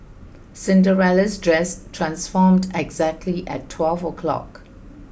Cinderella's dress transformed exactly at twelve o' clock